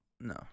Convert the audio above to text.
no